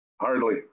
Hardly